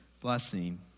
blessing